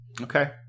Okay